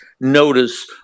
notice